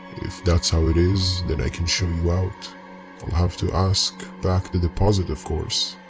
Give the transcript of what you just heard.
if that's how it is then i can show you out, i'll have to ask back the deposit of course,